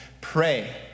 Pray